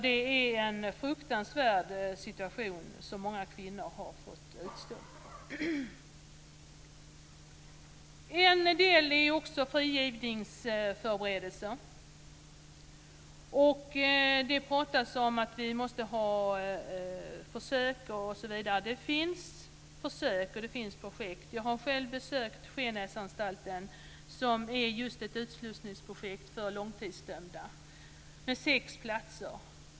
Det är en fruktansvärd situation som många kvinnor får utstå. När det gäller frigivningsförberedelser finns det projekt och försök. Jag har själv besökt Skenäsanstalten som har sex platser och är ett utslussningsprojekt för långtidsdömda.